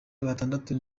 batandatu